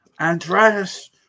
Andreas